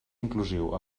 inclusiu